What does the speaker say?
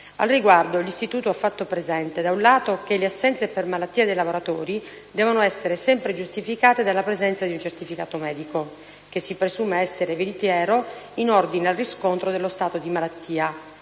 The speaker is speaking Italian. Al riguardo, l'istituto ha fatto presente, da un lato, che le assenze per malattia dei lavoratori devono essere sempre giustificate dalla presenza di un certificato medico - che si presume essere veritiero in ordine al riscontro dello stato di malattia